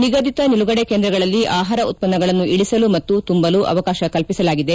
ನಿಗದಿತ ನಿಲುಗಡೆ ಕೇಂದ್ರಗಳಲ್ಲಿ ಆಹಾರ ಉತ್ಪನ್ನಗಳನ್ನು ಇಳಿಸಲು ಮತ್ತು ತುಂಬಲು ಅವಕಾಶ ಕಲ್ಪಿಸಲಾಗಿದೆ